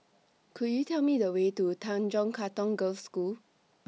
Could YOU Tell Me The Way to Tanjong Katong Girls' School